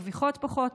מרוויחות פחות.